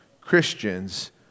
Christians